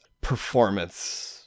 performance